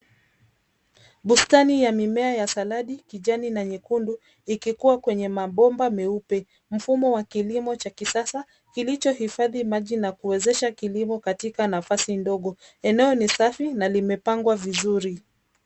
Bustani ya mimea ya saladi kijani na nyekundu ikikuwa kwenye mabomba meupe. Mfumo wa kilimo cha kisasa kilicho hifadhi maji na kuwezesha kilimo katika nafasi ndogo. Eneo ni safi na limepangwa vizuri.